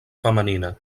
femenina